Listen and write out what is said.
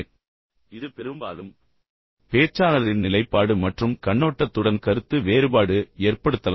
இப்போது இது பெரும்பாலும் பேச்சாளரின் நிலைப்பாடு மற்றும் கண்ணோட்டத்துடன் கருத்து வேறுபாடு எற்படுத்தலாம்